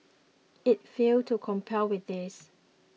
it failed to comply with this